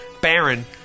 Baron